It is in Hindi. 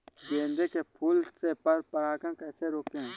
गेंदे के फूल से पर परागण कैसे रोकें?